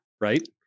Right